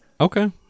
Okay